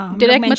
direct